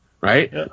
right